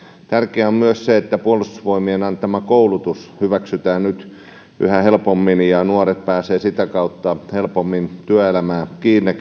tärkeää on myös se että puolustusvoimien antama koulutus hyväksytään nyt yhä helpommin ja nuoret ketkä siitä ovat kiinnostuneet pääsevät sitä kautta helpommin työelämään kiinni